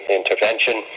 intervention